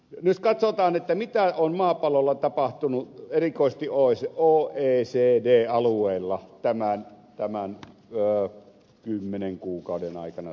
nyt katsotaan mitä on maapallolla tapahtunut erityisesti oecd alueella tämän kymmenen kuukauden aikana suurin piirtein